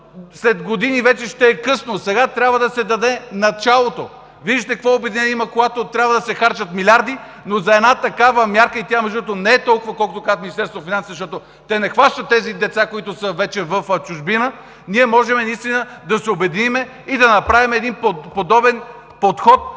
след години вече ще е късно. Сега трябва да се даде началото. Виждате какво обединение има, когато трябва да се харчат милиарди, но за една такава мярка, която, между другото, не е толкова, колкото казват от Министерството на финансите, защото те не обхващат тези деца, които вече са в чужбина. Ние можем наистина да се обединим и да направим един подобен подход